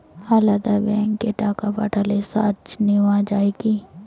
আলাদা ব্যাংকে টাকা পাঠালে চার্জ নেওয়া হয় কি?